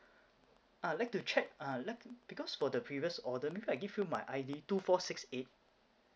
uh like to check uh like because for the previous order maybe I give you my I_D two four six eight